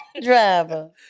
driver